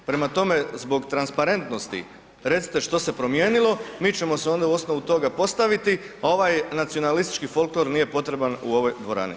Prema tome, zbog transparentnosti recite što se promijenilo, mi ćemo se na osnovu toga postaviti, a ovaj nacionalistički folklor nije potreban u ovoj dvorani.